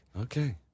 Okay